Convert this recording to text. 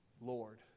Lord